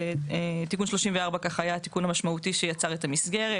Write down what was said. תיקון 34 היה התיקון המשמעותי שיצר את המסגרת.